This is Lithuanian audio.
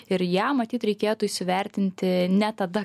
ir ją matyt reikėtų įsivertinti ne tada